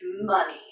money